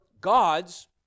God's